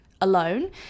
alone